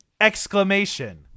Exclamation